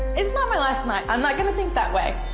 it's not my last night, i'm not gonna think that way.